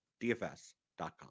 DFS.com